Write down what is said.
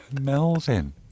Melvin